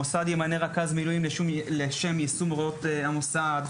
המוסד ימנה רכז מילואים לשם יישום הוראות המוסד.